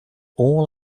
all